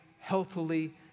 healthily